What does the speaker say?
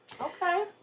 Okay